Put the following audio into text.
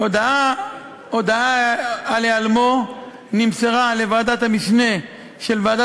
הודעה על היעלמו נמסרה לוועדת המשנה של ועדת